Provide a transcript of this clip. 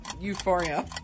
Euphoria